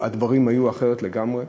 הדברים היו אחרת לגמרי.